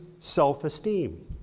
self-esteem